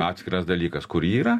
atskiras dalykas kur ji yra